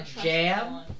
jam